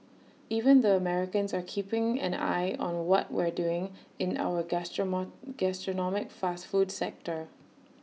even the Americans are keeping an eye on what we're doing in our gastronomic fast food sector